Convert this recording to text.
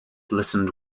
listened